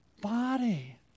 body